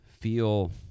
feel